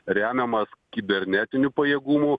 remiamas kibernetinių pajėgumų